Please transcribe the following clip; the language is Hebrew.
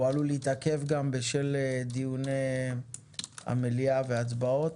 הוא עלול להתעכב גם בשל דיוני המליאה והצבעות.